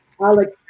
Alex